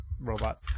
robot